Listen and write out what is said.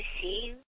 see